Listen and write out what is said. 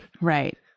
Right